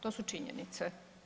To su činjenice.